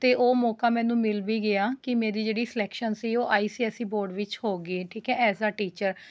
ਅਤੇ ਉਹ ਮੌਕਾ ਮੈਨੂੰ ਮਿਲ ਵੀ ਗਿਆ ਕਿ ਮੇਰੀ ਜਿਹੜੀ ਸਿਲੈਕਸ਼ਨ ਸੀਗੀ ਉਹ I C S E board ਵਿੱਚ ਹੋ ਗਈ ਠੀਕ ਹੈ ਏਜ਼ ਆ ਟੀਚਰ